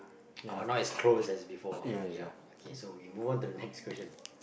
oh not as close as before ya K so we move on to the next question